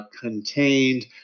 contained